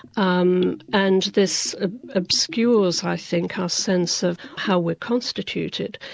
um and this obscures, i think, our sense of how we're constituted,